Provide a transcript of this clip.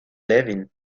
levine